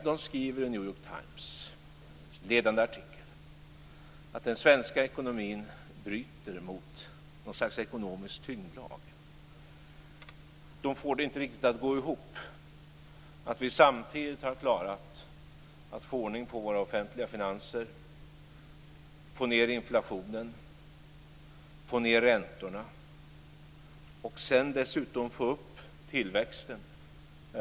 New York Times skriver i en ledande artikel att den svenska ekonomin bryter mot något slags ekonomisk tyngdlag. De får det inte riktigt att gå ihop. Vi har samtidigt klarat att få ordning på våra offentliga finanser, få ned inflationen, få ned räntorna och sedan dessutom fått upp tillväxten.